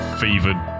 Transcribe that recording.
fevered